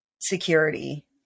security